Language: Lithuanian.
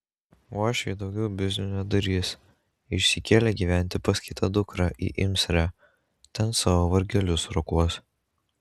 uošviai daugiau biznių nedarys išsikėlė gyventi pas kitą dukrą į imsrę ten savo vargelius rokuos